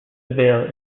seville